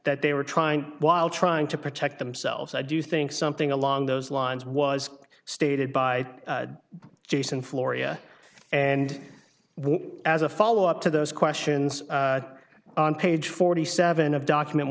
that they were trying while trying to protect themselves i do think something along those lines was stated by jason floria and as a follow up to those questions on page forty seven of document